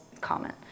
comment